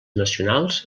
nacionals